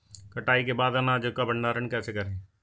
कटाई के बाद अनाज का भंडारण कैसे करें?